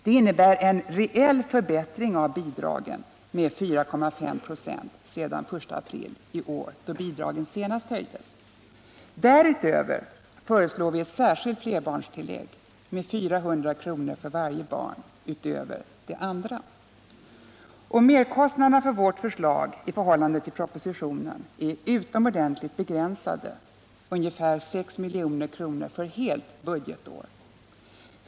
Det innebär en reell förbättring av bidragen med 4,5 ?6 sedan den 1 april i år då de senast höjdes. Därutöver föreslår vi ett särskilt flerbarnstillägg med 400 kr. för varje barn utöver det andra. Merkostnaderna för vårt förslag i förhållande till propositionen är utomordentligt begränsade, ca 6 milj.kr. för helt budgetår.